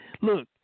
Look